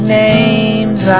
names